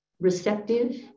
receptive